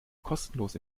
kostenlos